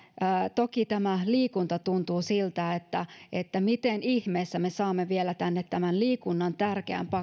toki tämä liikunta tuntuu siltä että että miten ihmeessä me saamme vielä tänne tämän liikunnan tärkeän